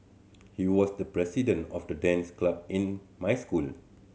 he was the president of the dance club in my school